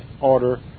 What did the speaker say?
order